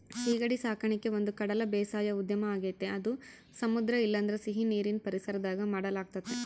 ಸೀಗಡಿ ಸಾಕಣಿಕೆ ಒಂದುಕಡಲ ಬೇಸಾಯ ಉದ್ಯಮ ಆಗೆತೆ ಅದು ಸಮುದ್ರ ಇಲ್ಲಂದ್ರ ಸೀನೀರಿನ್ ಪರಿಸರದಾಗ ಮಾಡಲಾಗ್ತತೆ